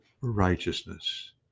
righteousness